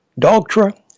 Dogtra